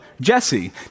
Jesse